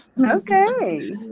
okay